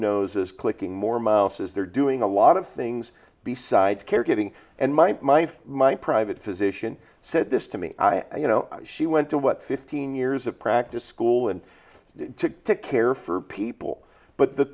noses clicking more mouse as they're doing a lot of things besides caregiving and my my my private physician said this to me you know she went to what fifteen years of practice school and to pick a or for people but the